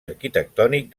arquitectònic